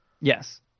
yes